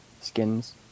skins